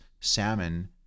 salmon